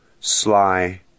sly